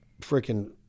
freaking